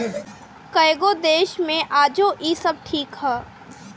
कएगो देश मे आजो इ सब ठीक ह